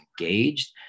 engaged